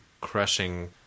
crushing